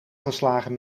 geslagen